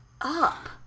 up